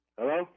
Hello